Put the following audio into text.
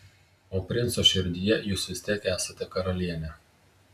o princo širdyje jūs vis tiek esate karalienė